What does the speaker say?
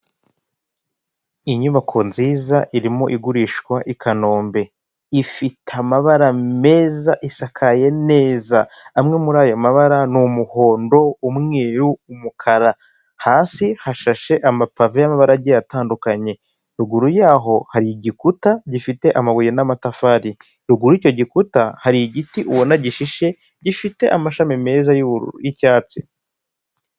Inyubako nziza irimo igurishwa i Kanombe. Ifite amabara meza, isakaye neza. Amwe muri ayo mabara ni umuhondo, umweru, umukara. Hasi hashashe amapave y'amabara agiye atandukanye. Ruguru yaho hari igikuta gifite amabuye n'amatafari. Ruguru y'icyo gikuta hari igiti ubona gishishe, gifite amashami meza y'icyatsi.